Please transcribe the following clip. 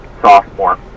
sophomore